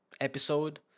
episode